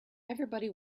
everybody